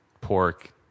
pork